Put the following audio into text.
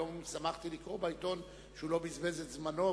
היום שמחתי לקרוא בעיתון שהוא לא בזבז את זמנו,